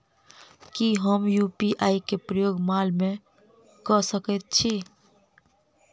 की हम यु.पी.आई केँ प्रयोग माल मै कऽ सकैत छी?